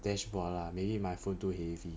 dashboard lah maybe my phone too heavy